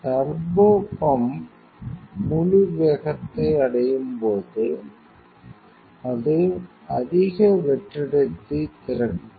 turbopump முழு வேகத்தை அடையும் போது அது அதிக வெற்றிடத்தை திறக்கும்